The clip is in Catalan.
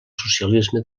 socialisme